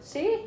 See